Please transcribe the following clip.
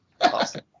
awesome